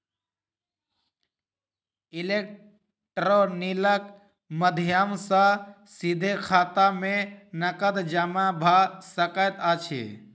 electronical माध्यम सॅ सीधे खाता में नकद जमा भ सकैत अछि